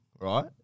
right